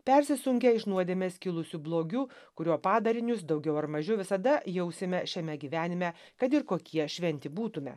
persisunkę iš nuodėmės kilusiu blogiu kurio padarinius daugiau ar mažiau visada jausime šiame gyvenime kad ir kokie šventi būtume